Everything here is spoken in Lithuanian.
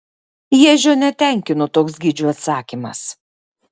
ježio netenkino toks gidžių atsakymas